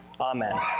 Amen